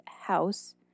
house